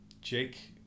Jake